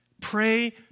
Pray